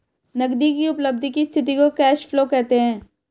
नगदी की उपलब्धि की स्थिति को कैश फ्लो कहते हैं